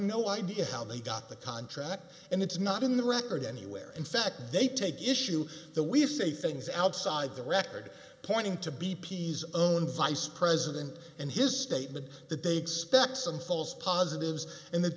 no idea how they got the contract and it's not in the record anywhere in fact they take issue the we say things outside the record pointing to b p s own vice president and his statement that they expect some false positives and that